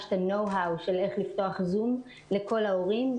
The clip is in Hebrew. את ה-know how של איך לפתוח זום לכל ההורים,